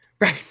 right